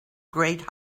great